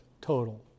total